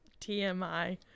TMI